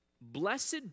Blessed